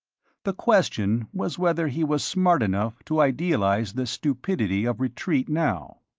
the question was whether he was smart enough to idealize the stupidity of retreat now.